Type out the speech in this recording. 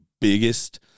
biggest